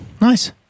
Nice